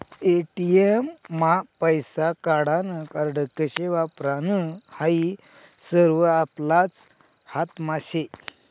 ATM मा पैसा काढानं कार्ड कशे वापरानं हायी सरवं आपलाच हातमा शे